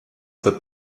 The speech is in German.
für